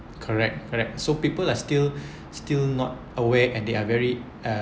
correct correct so people are still still not aware and they are very uh